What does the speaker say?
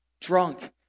drunk